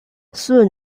soon